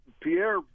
Pierre